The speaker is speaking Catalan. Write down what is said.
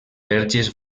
verges